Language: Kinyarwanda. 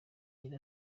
yari